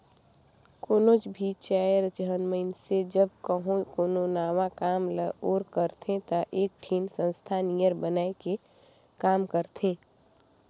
कोनोच भी चाएर झन मइनसे जब कहों कोनो नावा काम ल ओर करथे ता एकठिन संस्था नियर बनाए के काम करथें